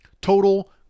Total